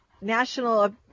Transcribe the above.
National